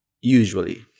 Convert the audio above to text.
usually